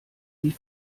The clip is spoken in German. wie